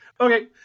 Okay